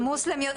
מוסלמיות,